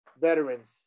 veterans